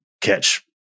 catch